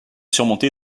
surmonté